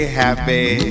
happy